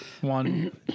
one